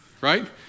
Right